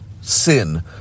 sin